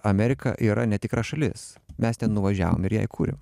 amerika yra netikra šalis mes ten nuvažiavom ir ją įkūriau